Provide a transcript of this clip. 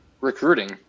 recruiting